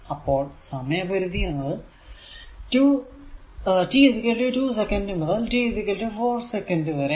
അപ്പോൾ സമയ പരിധി എന്നത് t 2 സെക്കന്റ് മുതൽ t 4 സെക്കന്റ് വരെയാണ്